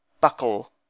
Buckle